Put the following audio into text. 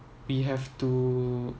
we have to